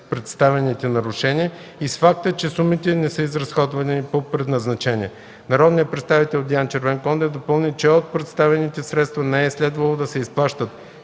представените нарушения и с факта, че сумите не са изразходвани по предназначение. Народният представител Диан Червенкондев допълни, че от предоставените средства не е следвало да се изплащат